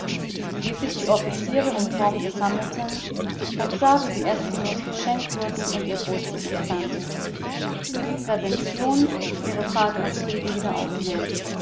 wie sich die offiziere um torm versammelten man sah wie die eskimos beschenkt wurden und ihr boot sich entfernte wie die prevention ihre fahrt nach süden wieder aufnahm